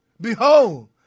Behold